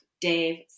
Dave